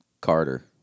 Carter